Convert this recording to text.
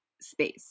space